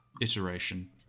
iteration